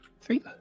Three